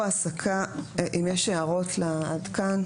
האם יש הערות עד כאן?